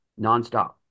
nonstop